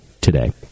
today